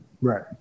Right